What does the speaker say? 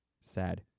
Sad